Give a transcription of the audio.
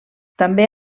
també